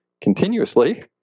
continuously